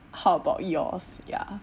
how about yours ya